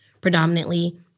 predominantly